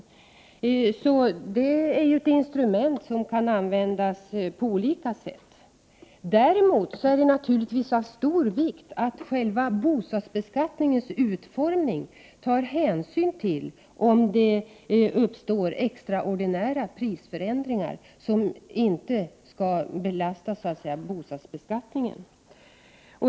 Taxeringsvärdet är alltså ett instrument som kan användas på olika sätt. Däremot är det naturligtvis av stor vikt att man vid själva bostadsbeskattningens utformning tar hänsyn till extraordinära prisförändringar som inte skall belasta bostadsbeskattningen.